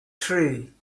three